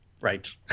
Right